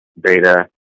beta